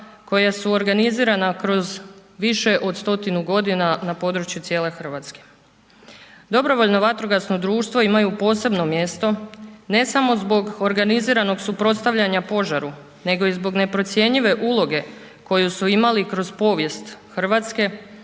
koja su organizirana kroz više od 100-tinu godina na području cijele RH. DVD-i imaju posebno mjesto ne samo zbog organiziranog suprotstavljanja požaru nego i zbog neprocjenjive uloge koju su imali kroz povijest RH,